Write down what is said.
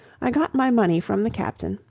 i got my money from the captain,